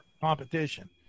competition